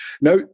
Now